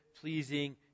pleasing